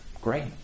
great